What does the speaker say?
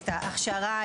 ההכשרה,